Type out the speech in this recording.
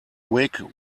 wig